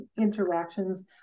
interactions